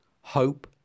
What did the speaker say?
hope